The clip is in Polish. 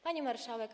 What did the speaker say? Pani Marszałek!